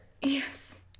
Yes